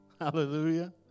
Hallelujah